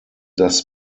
das